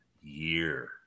year